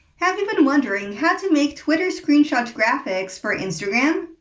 have you been wondering how to make twitter screenshot graphics for instagram?